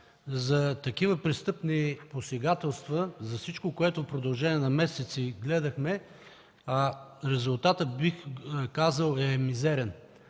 За такива престъпни посегателства, за всичко, което в продължение на месеци гледахме, резултатът, бих казал, е мизерен!